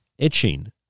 itching